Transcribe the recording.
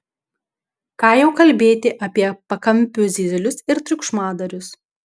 ką jau kalbėti apie pakampių zyzlius ir triukšmadarius